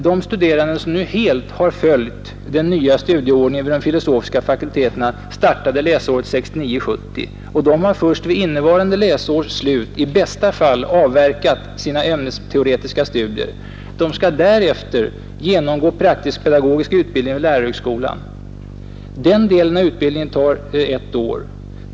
De studerande som nu helt har följt den nya studieordningen vid de filosofiska fakulteterna startade läsåret 1969/70, och de har först vid innevarande läsårs slut i bästa fall avverkat sina ämnesteoretiska studier. De skall därefter genomgå praktisk pedagogisk utbildning vid lärarhögskolan. Den delen av utbildningen tar ett år.